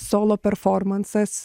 solo performansas